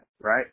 right